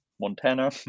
montana